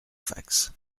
fax